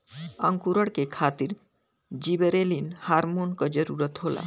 अंकुरण के खातिर जिबरेलिन हार्मोन क जरूरत होला